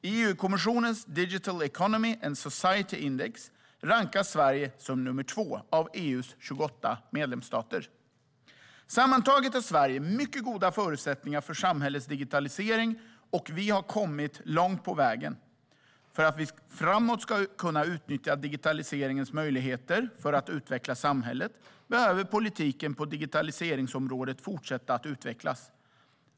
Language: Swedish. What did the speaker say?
I EU-kommissionens Digital Economy and Society Index rankas Sverige som nummer två av EU:s 28 medlemsstater. Sammantaget har Sverige mycket goda förutsättningar för samhällets digitalisering, och vi har kommit långt på vägen. För att vi framöver ska kunna utnyttja digitaliseringens möjligheter för att utveckla samhället behöver politiken på digitaliseringsområdet fortsätta att utvecklas.